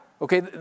Okay